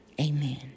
Amen